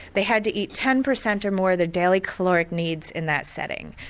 they had to eat ten percent or more of the daily caloric needs in that setting.